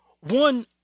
One